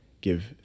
give